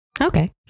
Okay